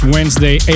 Wednesday